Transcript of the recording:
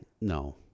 No